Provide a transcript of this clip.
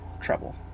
trouble